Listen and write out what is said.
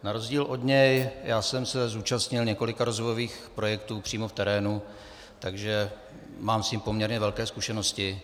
Na rozdíl od něj já jsem se zúčastnil několika rozvojových projektů přímo v terénu, takže s tím mám poměrně velké zkušenosti.